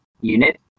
unit